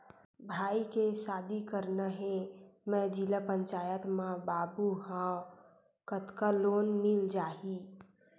भाई के शादी करना हे मैं जिला पंचायत मा बाबू हाव कतका लोन मिल जाही?